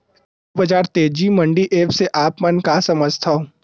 कृषि बजार तेजी मंडी एप्प से आप मन का समझथव?